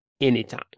anytime